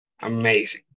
Amazing